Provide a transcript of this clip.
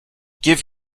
give